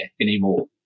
anymore